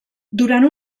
durant